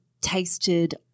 tasted